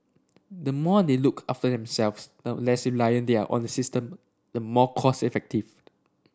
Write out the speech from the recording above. the more they look after themselves the less reliant they are on the system the more cost effective